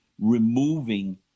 removing